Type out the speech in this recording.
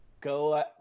go